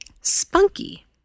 spunky